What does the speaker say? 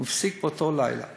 הוא הפסיק באותו לילה